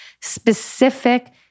specific